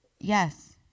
Yes